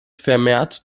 vermehrt